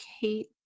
kate